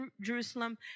Jerusalem